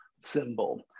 symbol